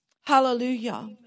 Hallelujah